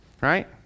Right